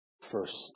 first